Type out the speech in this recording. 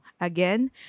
again